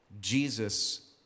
Jesus